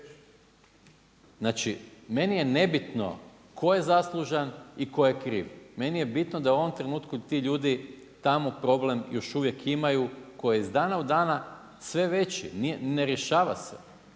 Znači meni je nebitno tko je zaslužan i tko je kriv, meni je bitno da u ovom trenutku ti ljudi tamo problem još uvijek imaju koji je iz dana u dan sve veći, ne rješava se,